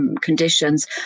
conditions